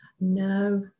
No